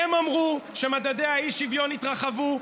הם אמרו שמדדי האי-שוויון יתרחבו,